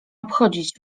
obchodzić